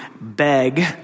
beg